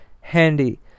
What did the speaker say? Handy